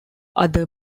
other